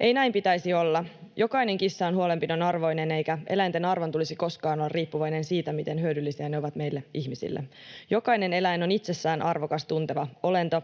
Ei näin pitäisi olla. Jokainen kissa on huolenpidon arvoinen, eikä eläinten arvon tulisi koskaan olla riippuvainen siitä, miten hyödyllisiä ne ovat meille ihmisille. Jokainen eläin on itsessään arvokas, tunteva olento,